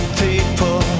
people